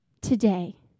today